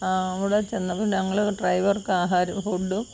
അവിടെ ചെന്നപ്പോൾ ഞങ്ങൾ ഡ്രൈവർക്ക് ആഹാരവും ഫുഡും